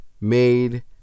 made